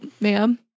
ma'am